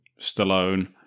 Stallone